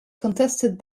contested